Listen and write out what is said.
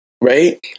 right